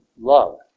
love